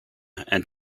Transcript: and